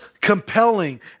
compelling